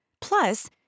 Plus